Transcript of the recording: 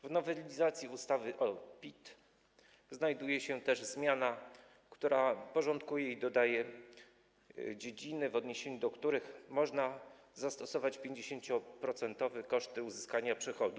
W nowelizacji ustawy o PIT znajduje się też zmiana, która porządkuje i dodaje dziedziny, w odniesieniu do których można zastosować 50-procentowe koszty uzyskania przychodu.